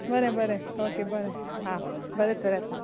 बरें बरें ओके बरें आं बरें तर येता